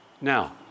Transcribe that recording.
Now